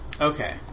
Okay